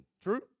true